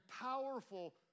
powerful